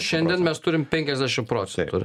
šiandien mes turim penkiasdešimt procentų